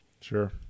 Sure